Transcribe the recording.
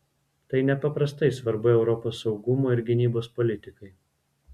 tai nepaprastai svarbu europos saugumo ir gynybos politikai